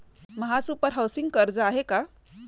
महासुपर हाउसिंग कर्ज आहे का?